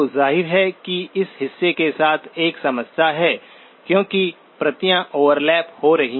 तो जाहिर है कि इस हिस्से के साथ एक समस्या है क्योंकि प्रतियाँ ओवरलैप हो रही हैं